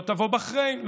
לא תבוא בחריין,